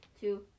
two